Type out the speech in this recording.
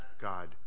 God